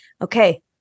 okay